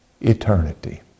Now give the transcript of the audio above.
eternity